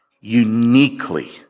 uniquely